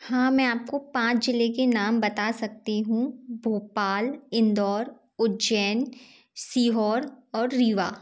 हाँ मैं आपको पाँच ज़िले के नाम बता सकती हूँ भोपाल इंदौर उज्जैन सीहोर और रीवा